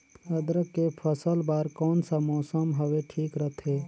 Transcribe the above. अदरक के फसल बार कोन सा मौसम हवे ठीक रथे?